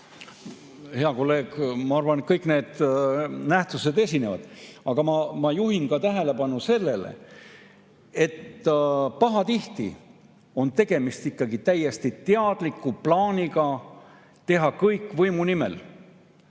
Hea kolleeg! Ma arvan, et kõik need nähtused esinevad, aga ma juhin tähelepanu sellele, et pahatihti on tegemist täiesti teadliku plaaniga teha kõik võimu nimel,